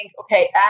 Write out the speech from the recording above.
Okay